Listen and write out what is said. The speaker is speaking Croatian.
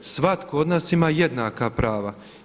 Svatko od nas ima jednaka prava.